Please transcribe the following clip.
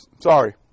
Sorry